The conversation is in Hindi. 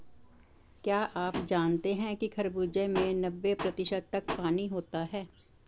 क्या आप जानते हैं कि खरबूजे में नब्बे प्रतिशत तक पानी होता है